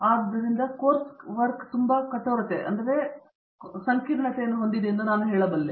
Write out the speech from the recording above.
ಆದ್ದರಿಂದ ಕೋರ್ಸ್ ಕೆಲಸದ ಕಠೋರತೆಯನ್ನು ನಾನು ಹೇಳುವೆ